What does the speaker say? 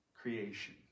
creation